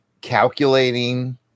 calculating